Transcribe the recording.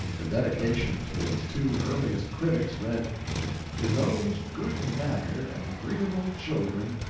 the dedication to its two earliest critics read to those good-mannered and agreeable children,